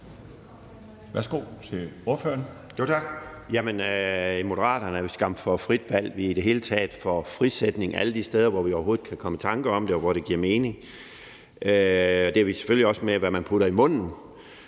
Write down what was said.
Frandsen (M): Tak. Jamen i Moderaterne er vi skam for frit valg. Vi er i det hele taget for frisætning alle de steder, hvor vi overhovedet kan komme i tanke om det, og hvor det giver mening. Det er vi selvfølgelig også, med hensyn til hvad man putter i munden.